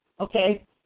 Okay